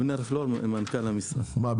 מה,